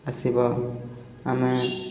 ଆସିବ ଆମେ